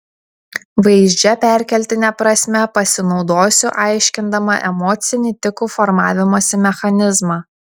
vaizdžia perkeltine prasme pasinaudosiu aiškindama emocinį tikų formavimosi mechanizmą